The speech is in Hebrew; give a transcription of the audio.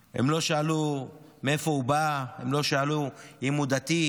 הם לא שאלו מאיפה הוא בא, הם לא שאלו אם הוא דתי,